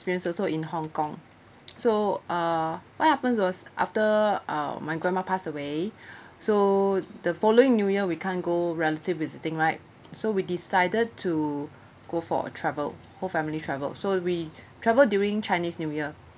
experience also in hong kong so uh what happens was after uh my grandma passed away so the following new year we can't go relative visiting right so we decided to go for a travel whole family travel so we travelled during chinese new year